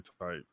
type